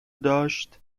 داشت